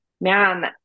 man